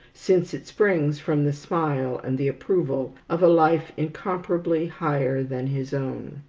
since it springs from the smile and the approval of a life incomparably higher than his own.